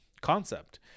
concept